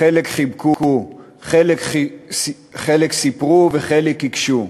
חלק חיבקו, חלק סיפרו וחלק הקשו.